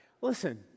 Listen